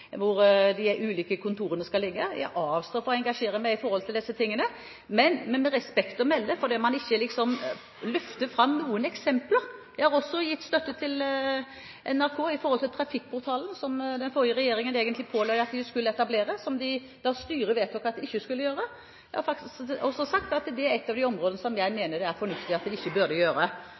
hvor de ulike kontorene skal ligge. Jeg avstår fra å engasjere meg i disse tingene, men, med respekt å melde, fordi man ikke løfter fram noen eksempler – jeg har også gitt støtte til NRK når det gjelder Trafikkportalen, som den forrige regjeringen egentlig påla at de skulle etablere, da styret vedtok at de ikke skulle gjøre det. Jeg har faktisk sagt at det er et av de områdene der jeg mener det er fornuftig at de ikke burde gjøre